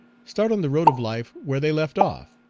start on the road of life where they left off,